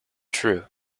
true